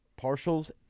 partials